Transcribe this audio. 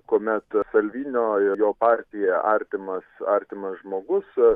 kuomet salvinio ir jo partijai artimas artimas žmogus